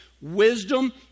Wisdom